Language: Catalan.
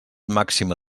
màxima